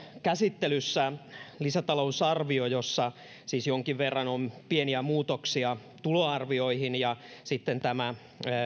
käsittelyssä lisätalousarvio jossa siis jonkin verran on pieniä muutoksia tuloarvioihin ja sitten tämä